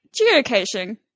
geocaching